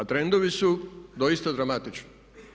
A trendovi su doista dramatični.